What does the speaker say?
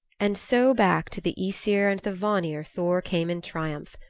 and so back to the aesir and the vanir thor came in triumph,